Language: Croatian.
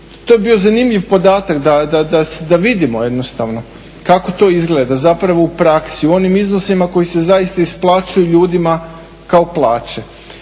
To bi bio zanimljiv podatak da vidimo jednostavno kako to izgleda zapravo u praksi, u onim iznosima koji se zaista isplaćuju ljudima kao plaće.